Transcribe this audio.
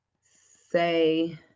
Say